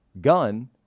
gun